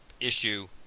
issue